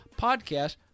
podcast